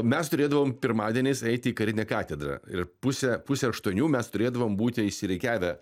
mes turėdavom pirmadieniais eiti į karinę katedrą ir pusę pusę aštuonių mes turėdavom būti išsirikiavę